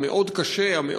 הקשה מאוד,